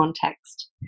context